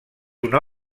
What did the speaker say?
una